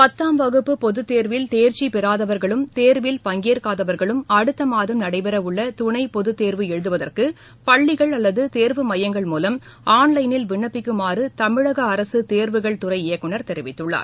பத்தாம் வகுப்பு பொதுத்தேர்வில் தேர்ச்சிபெறாதவர்களும் தேர்வில் பங்கேற்காதவர்களும் அடுத்தமாதம் நடைபெறவிருக்கும் துணைபொதுத்தேர்வு எழுதுவதற்குபள்ளிகள் அல்லதுதேர்வு மையங்கள் மூலம் ஆன் லைனில் விண்ணப்பிக்குமாறுதமிழகஅரசுதேர்வுகள் இயக்குனர் தெரிவித்துள்ளார்